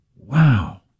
Wow